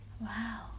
Wow